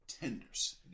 tenders